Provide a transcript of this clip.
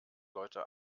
leute